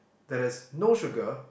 that is no sugar